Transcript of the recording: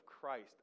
Christ